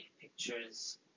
pictures